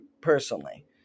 personally